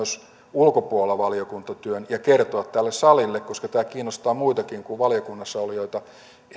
ulkopuolella valiokuntatyön ja kertoa tälle salille koska tämä kiinnostaa muitakin kuin valiokunnassa olijoita